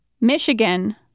Michigan